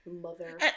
Mother